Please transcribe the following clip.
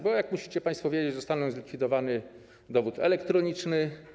Bo, jak musicie państwo wiedzieć, zostanie zlikwidowany dowód elektroniczny.